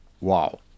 wow